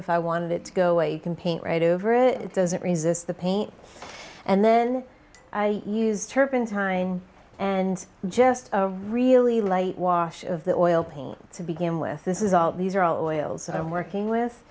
if i wanted it to go away you can paint right over it it doesn't resist the paint and then i use turpentine and just really light wash of the oil paint to begin with this is all these are all oils i'm working with